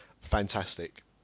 Fantastic